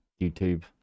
YouTube